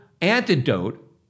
antidote